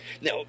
Now